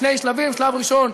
בשני שלבים: שלב ראשון,